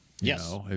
Yes